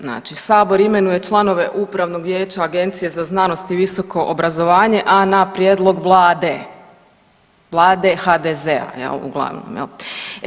Znači sabor imenuje članove Upravnog vijeća Agencije za znanost i visoko obrazovanje, a na prijedlog vlade, vlade HDZ-a jel uglavnom jel.